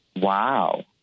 Wow